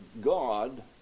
God